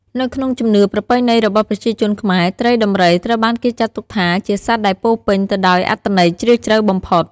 នៅក្នុងជំនឿប្រពៃណីរបស់ប្រជាជនខ្មែរ ត្រីដំរីត្រូវបានគេចាត់ទុកថាជាសត្វដែលពោរពេញទៅដោយអត្ថន័យជ្រាលជ្រៅបំផុត។